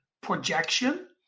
projection